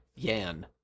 Yan